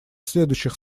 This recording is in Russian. следующих